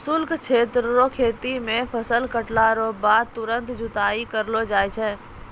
शुष्क क्षेत्र रो खेती मे फसल काटला रो बाद तुरंत जुताई करलो जाय छै